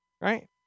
right